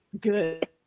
good